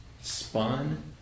spun